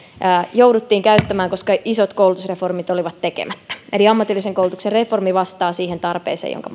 jouduttiin käyttämään koska isot koulutusreformit olivat tekemättä eli ammatillisen koulutuksen reformi vastaa siihen tarpeeseen jonka